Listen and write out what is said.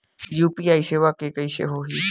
UPI सेवा के कइसे होही?